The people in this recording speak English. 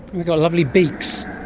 they've got lovely beaks.